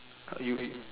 how you